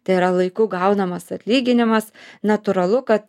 tai yra laiku gaunamas atlyginimas natūralu kad